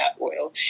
oil